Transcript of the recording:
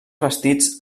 bastits